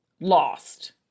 lost